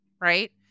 right